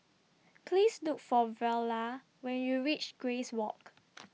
Please Look For Viola when YOU REACH Grace Walk